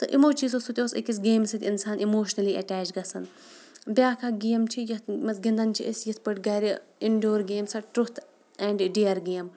تہٕ یِمو چیٖزو سۭتۍ اوس أکِس گیمہِ سۭتۍ اِنسان اِموشنٔلی اَٹیچ گژھان بیٛاکھ اَکھ گیم چھِ یَتھ منٛز گِنٛدان چھِ أسۍ یِتھ پٲٹھۍ گَرِ indoor games truth and dare game